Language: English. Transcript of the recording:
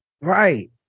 Right